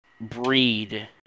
breed